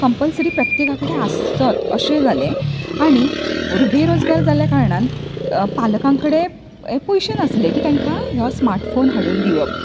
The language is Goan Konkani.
कंपल्सरी प्रत्येका कडेन आसचाेत अशें जालें आनी बेरोजगार जाल्ले कारणान पालकां कडेन पयशे नासले की तांकां हो स्मार्ट फोन हाडून दिवप